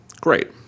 Great